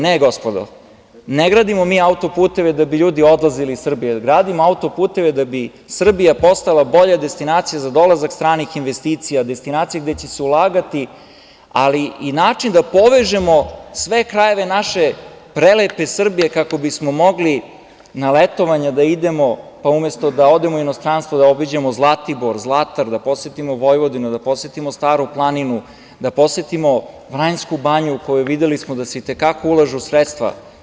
Ne, gospodo, ne gradimo mi auto-puteve da bi ljudi odlazili iz Srbije, gradimo auto-puteve da bi Srbija postala bolja destinacija za dolazak stranih investicija, destinacija gde će se ulagati, ali i način da povežemo sve krajeve naše prelepe Srbije kako bismo mogli na letovanja da idemo, pa umesto da odemo u inostranstvo da obiđemo Zlatibor, Zlatar, da posetimo Vojvodinu, da posetimo Staru planinu, da posetimo Vranjsku banju u koju smo videli da se i te kako ulažu sredstva.